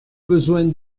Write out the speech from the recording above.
besoin